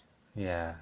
ya